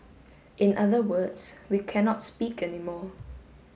in other words we cannot speak anymore